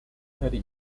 dari